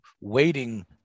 waiting